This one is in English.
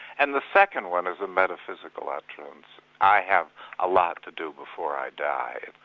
and the second one is a metaphysical utterance, i have a lot to do before i die.